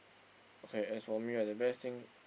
okay as for me right the best thing